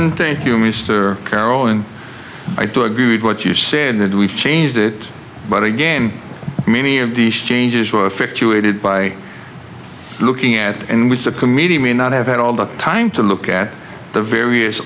joe thank you mr carroll and i do agree with what you say and then we've changed it but again many of these changes will affect you aided by looking at and with the comedian may not have had all the time to look at the various